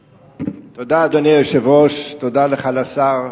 תודה, אדוני היושב-ראש, תודה לך, השר.